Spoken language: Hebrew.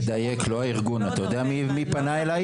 תדייק לא הארגון, אתה יודע מי פנה אליי?